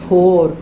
Four